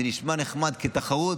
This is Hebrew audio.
זה נשמע נחמד כתחרות,